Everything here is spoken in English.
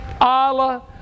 Allah